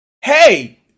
Hey